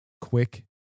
quick